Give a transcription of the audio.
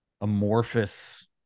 amorphous